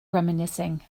reminiscing